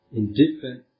indifferent